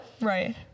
right